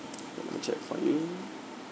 let me check for you